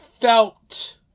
felt